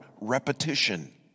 repetition